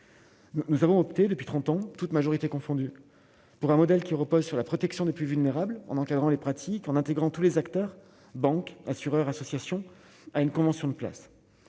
nous avons monté depuis 30 ans, toutes majorités confondues, pour un modèle qui repose sur la protection des plus vulnérables, en encadrant les pratiques en intégrant tous les acteurs banque assureur association à une convention de place